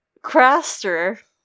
Craster